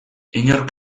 inork